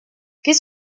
qu’est